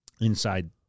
inside